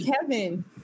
Kevin